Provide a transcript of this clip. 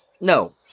No